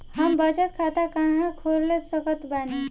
हम बचत खाता कहां खोल सकत बानी?